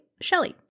shelley